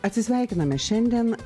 atsisveikiname šiandien